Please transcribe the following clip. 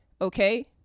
okay